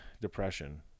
depression